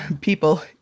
people